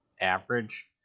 average